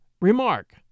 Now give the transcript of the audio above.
Remark